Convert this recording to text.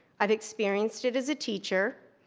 i've experienced it as a teacher,